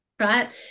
right